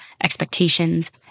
expectations